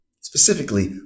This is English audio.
specifically